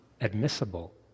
admissible